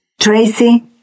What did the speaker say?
Tracy